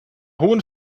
hohen